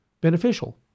beneficial